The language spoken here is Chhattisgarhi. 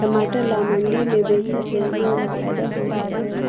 टमाटर ला मंडी मे बेचे से हमन ला फायदा होही का?